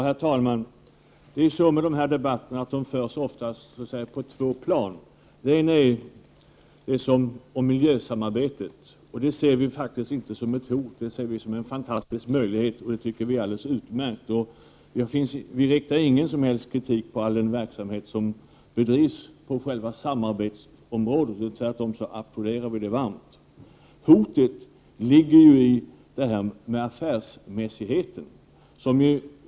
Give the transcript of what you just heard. Herr talman! De här debatterna förs ofta på två plan. Det ena gäller miljösamarbetet, och det ser vi faktiskt inte som ett hot. Det ser vi som en fantastisk möjlighet. Det tycker vi är alldeles utmärkt. Vi riktar ingen som helst kritik mot all den verksamhet som bedrivs på själva samarbetsområdet. Tvärtom applåderar vi det varmt. Hotet ligger i detta med affärsmässigheten.